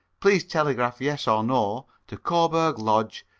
please telegraph yes or no to coburg lodge,